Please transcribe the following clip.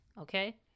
okay